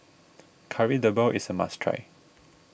Kari Debal is a must try